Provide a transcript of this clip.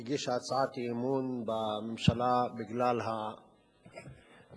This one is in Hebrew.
הגישה הצעת אי-אמון בממשלה בגלל המדיניות